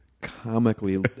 comically